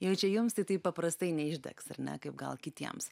jau čia jums tai taip paprastai neišdegs ar ne kaip gal kitiems